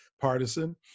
partisan